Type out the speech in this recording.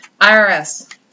irs